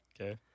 Okay